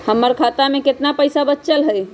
हमर खाता में केतना पैसा बचल हई?